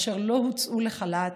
אשר לא הוצאו לחל"ת,